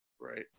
right